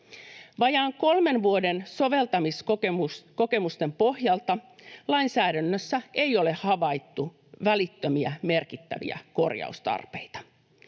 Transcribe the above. Vajaan kolmen vuoden soveltamiskokemusten pohjalta lainsäädännössä ei ole havaittu välittömiä, merkittäviä korjaustarpeita.